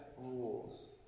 rules